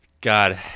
God